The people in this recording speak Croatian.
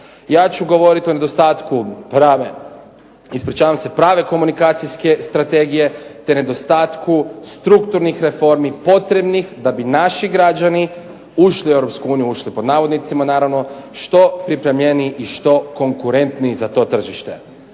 Ja ću govoriti o nedostatku prave, ispričavam se prave komunikacijske strategije te nedostatku strukturnih reformi potrebnih da bi naši građani ušli u EU, ušli pod navodnicima naravno, što pripremljeniji i što konkurentniji za to tržište.